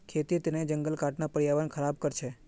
खेतीर तने जंगल काटना पर्यावरण ख़राब कर छे